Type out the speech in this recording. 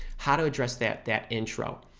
how to address that that intro.